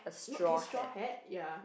not straw hat ya